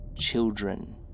children